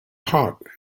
hot